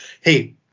hey